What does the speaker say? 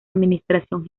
administración